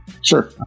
Sure